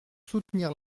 soutenir